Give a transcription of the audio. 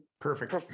perfect